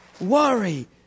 worry